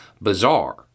bizarre